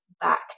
Back